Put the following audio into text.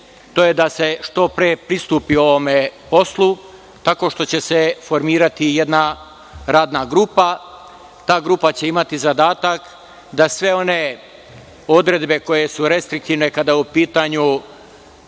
to je da se što pre pristupi ovom poslu tako što će se formirati jedna radna grupa. Ta radna grupa će imati zadatak da sve one odredbe koje su restriktivne kada je u pitanju